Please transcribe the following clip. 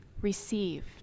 received